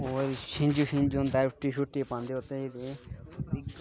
होर छिंझ होंदा रूटी शूटी पांदे ओह्दै च